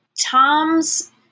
Tom's